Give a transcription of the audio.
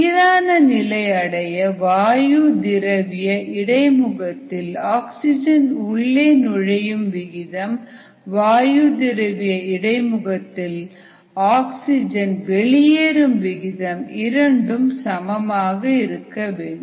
சீரான நிலை அடைய வாயு திரவிய இடைமுகத்தில் ஆக்சிஜன் உள்ளே நுழையும் விகிதம் வாயு திரவிய இடைமுகத்தில் ஆக்சிஜன் வெளியேறும் விகிதம் இரண்டும் சமமாக இருக்க வேண்டும்